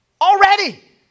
Already